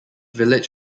village